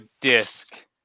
disc